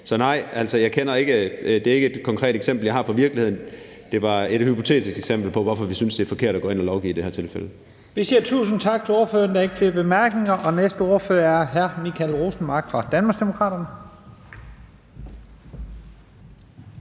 Så nej, det er ikke et konkret eksempel, jeg har fra virkeligheden. Det var et hypotetisk eksempel på, hvorfor vi synes det er forkert at gå ind at lovgive i det her tilfælde. Kl. 11:32 Første næstformand (Leif Lahn Jensen): Tak til ordføreren. Der er ikke flere korte bemærkninger. Den næste ordfører er hr. Michael Rosenmark fra Danmarksdemokraterne.